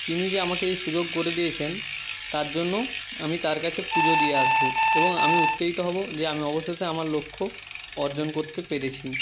তিনি যে আমাকে এই সুযোগ করে দিয়েছেন তার জন্য আমি তার কাছে পুজো দিয়ে আসবো এবং আমি উত্তেজিত হব যে আমি অবশেষে আমার লক্ষ্য অর্জন করতে পেরেছি